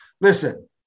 listen